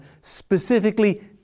specifically